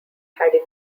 had